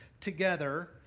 together